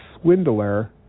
swindler